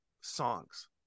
songs